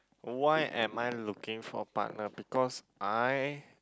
why am I looking for partner because I